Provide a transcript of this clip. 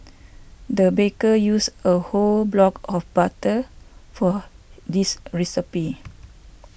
the baker used a whole block of butter for this recipe